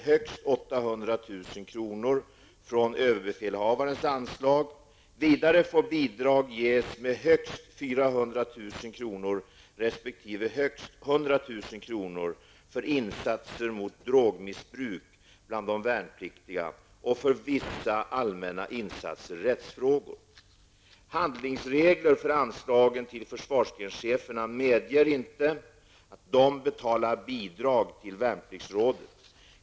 Handlingsregler för anslagen till försvarsgrenscheferna medger inte att de betalar bidrag till Värnpliktsrådet.